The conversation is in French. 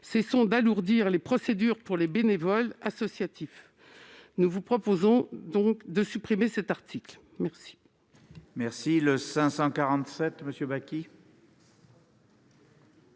Cessons d'alourdir les procédures pour les bénévoles associatifs. Nous vous proposons donc de supprimer cet article. La